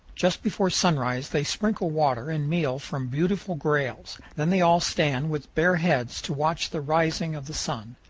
just before sunrise they sprinkle water and meal from beautiful grails then they all stand with bare heads to watch the rising of the sun.